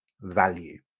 value